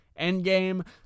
Endgame